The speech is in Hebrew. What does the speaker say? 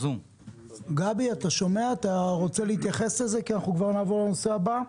אתה רוצה להתייחס לפני שנעבור לנושא הבא?